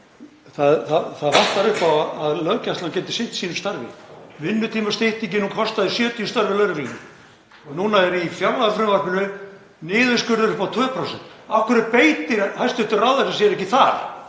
Það vantar upp á að löggæslan geti sinnt sínu starfi. Vinnutímastyttingin kostaði 70 störf hjá lögreglunni og núna er í fjárlagafrumvarpinu niðurskurður upp á 2%. Af hverju beitir hæstv. ráðherra sér ekki þar,